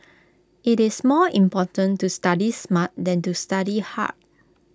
IT is more important to study smart than to study hard